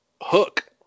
Hook